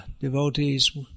devotees